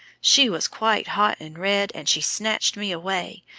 she was quite hot and red, and she snatched me away,